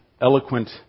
eloquent